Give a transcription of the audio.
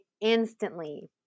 instantly